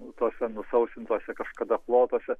tuose nusausintuose kažkada plotuose